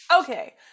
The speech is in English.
okay